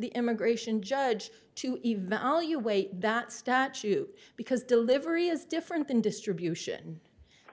the immigration judge to evaluate that statute because delivery is different than distribution